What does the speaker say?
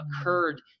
occurred